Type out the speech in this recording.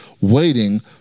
waiting